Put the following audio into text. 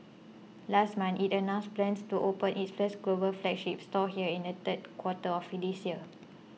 last month it announced plans to open its first global flagship store here in the third quarter of this year